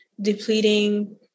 depleting